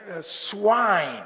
swine